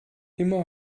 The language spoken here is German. immer